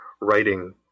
writing